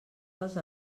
dels